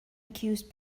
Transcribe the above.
accused